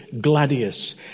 Gladius